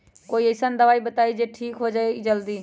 कोई अईसन दवाई बताई जे से ठीक हो जई जल्दी?